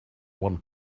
one